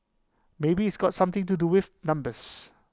maybe it's got something to do with numbers